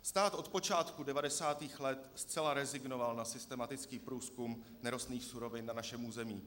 Stát od počátku 90. let zcela rezignoval na systematický průzkum nerostných surovin na našem území.